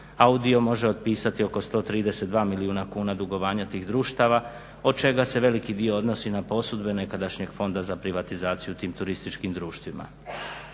audio može otpisati oko 132 milijuna kuna dugovanja tih društava od čega se veliki dio odnosi na posudbe nekadašnjeg fonda za privatizaciju u tim turističkim društvima.